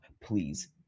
please